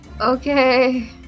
Okay